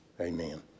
Amen